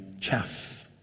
chaff